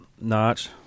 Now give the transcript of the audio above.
notch